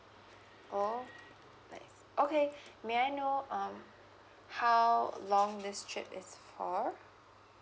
oh nice okay may I know um how long this trip is or